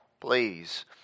please